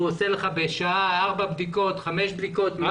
הוא עושה ארבע-חמש בדיקות בשעה.